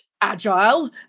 Agile